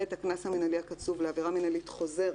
הקנס המנהלי הקצוב לעבירה מנהלית חוזרת